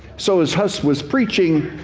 so as hus was preaching,